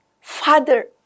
father